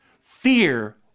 Fear